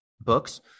books